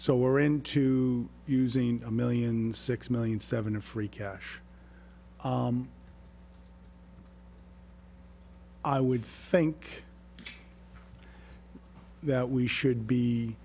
so we're into using a million six million seven in free cash i would think that we should be